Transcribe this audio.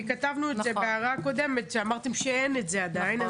כי כתבנו את זה בהערה הקודמת כשאמרתם שאין את זה עדיין.